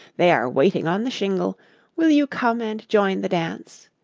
they are waiting on the shingle will you come and join the dance?